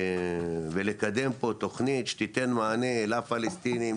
ולקדם פה תכנית שתיתן מענה לפלסטינים,